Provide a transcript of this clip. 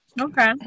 Okay